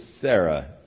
Sarah